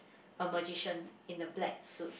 a magician in a black suit